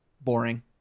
Boring